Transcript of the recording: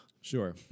Sure